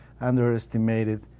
underestimated